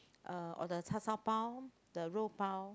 uh or the char-siew-pau the 肉 pau